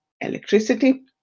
electricity